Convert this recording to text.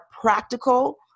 practical